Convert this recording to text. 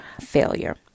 failure